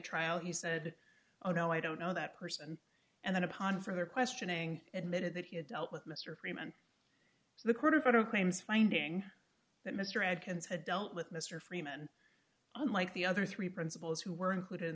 trial he said oh no i don't know that person and then upon further questioning admitted that he had dealt with mr freeman the court of photo claims finding that mr adkins had dealt with mr freeman unlike the other three principals who were included in